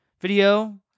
video